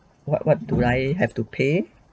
what what do I have to pay